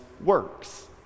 works